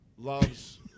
Loves